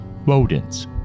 rodents